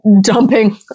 dumping